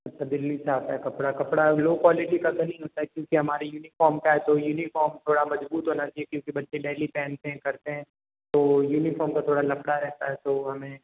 अच्छा दिल्ली से आता है कपड़ा कपड़ा लो क्वालिटी का तो नहीं होता है क्योंकि हमारे यूनिफाॅर्म का है यूनिफाॅर्म थोड़ा मजबूत होना चाहिए क्योंकि बच्चे डेली पहनते हैं करते हैं तो यूनिफाॅर्म का थोड़ा लफड़ा रहता है तो हमें